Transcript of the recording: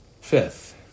Fifth